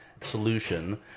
solution